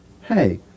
Hey